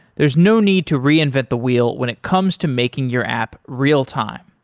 there's no need to reinvent the wheel when it comes to making your app real-time.